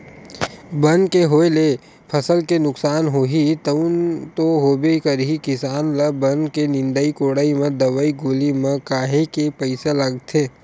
बन के होय ले जउन फसल के नुकसान होही तउन तो होबे करही किसान ल बन के निंदई कोड़ई म दवई गोली म काहेक पइसा लागथे